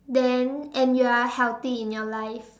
then and you are healthy in your life